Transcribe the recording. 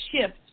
shift